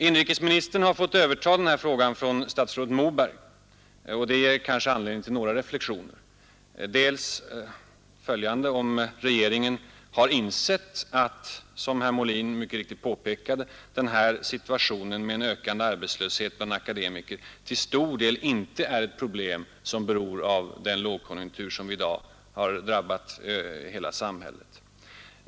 Inrikesministern har fått överta denna fråga från statsrådet Moberg, och det ger kanske anledning till några reflexioner. Den första är: Har regeringen inte insett att den ökande arbetslösheten bland akademikerna — såsom herr Molin påpekade — till stor del är ett problem som inte beror på den lågkonjunktur som i dag drabbat hela samhället?